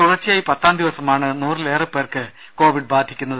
തുടർച്ചയായി പത്താം ദിവസമാണ് നൂറിലേറെ പേർക്ക് കോവിഡ് ബാധിക്കുന്നത്